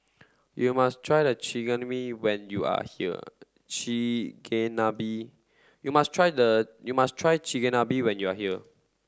you must try Chigenabe when you are here Chigenabe you must try the you must try Chigenabe when you are here